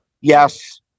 yes